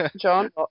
John